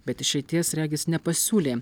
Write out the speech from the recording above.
bet išeities regis nepasiūlė